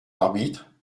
arbitre